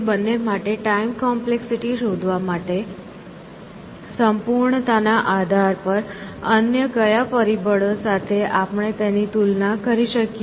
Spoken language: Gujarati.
તે બંને માટે ટાઈમ કોમ્પ્લેક્સિટી શોધવા માટે સંપૂર્ણતા ના આધાર પર અન્ય કયા પરિબળો સાથે આપણે તેમની તુલના કરી શકીએ